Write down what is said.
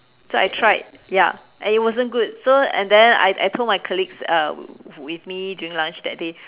so I tried ya and it wasn't good so and then I I told my colleagues uh with me during lunch that day